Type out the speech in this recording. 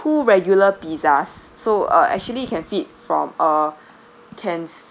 two regular pizzas so uh actually can feed from a can